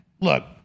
look